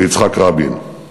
ויצחק רבין.